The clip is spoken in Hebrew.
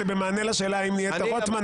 ש --- אוקיי, גלעד, בבקשה.